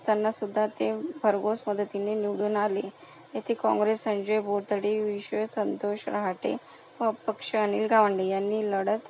असतांनासुद्धा ते भरघोस मदतीने निवडून आले येथे काँग्रेस संजय बोरतडे विश्वास संतोष रहाटे अपक्ष अनिल गावंडे यांनी लढत